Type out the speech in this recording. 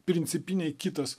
principiniai kitas